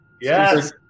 Yes